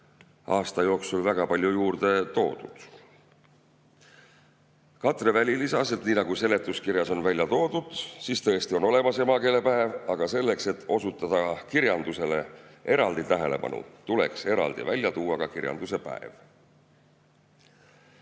aasta jooksul väga palju juurde toodud. Katre Väli lisas, et nii nagu seletuskirjas on öeldud, on tõesti olemas emakeelepäev, aga selleks, et osutada kirjandusele eraldi tähelepanu, tuleks eraldi välja tuua ka kirjanduse päev.